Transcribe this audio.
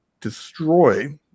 destroy